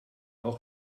auch